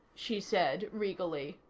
she said regally.